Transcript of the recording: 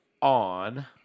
on